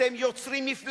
אתם יוצרים מפלצת